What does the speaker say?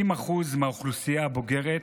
60% מהאוכלוסייה הבוגרת,